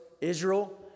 Israel